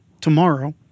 Tomorrow